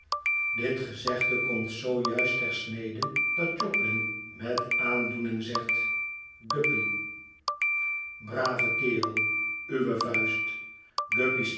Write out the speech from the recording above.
dit gezegde komt zoo juist ter snede dat jobling met aandoening zegt guppy brave kerel uwe vuist